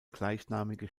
gleichnamige